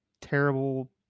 terrible